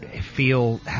feel